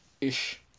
ish